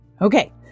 Okay